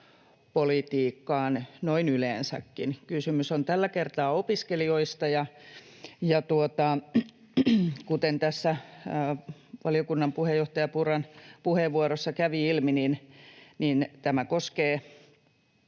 maahanmuuttopolitiikkaan noin yleensäkin. Kysymys on tällä kertaa opiskelijoista, ja kuten tässä valiokunnan puheenjohtaja Purran puheenvuorossa kävi ilmi, tämä koskee